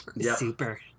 Super